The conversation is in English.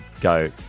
go